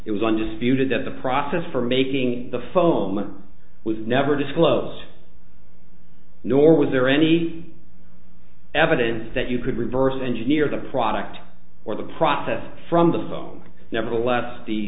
it was undisputed that the process for making the foment was never disclosed nor was there any evidence that you could reverse engineer the product or the process from the phone nevertheless the